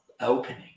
opening